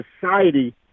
society